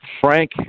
Frank